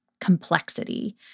complexity